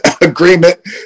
agreement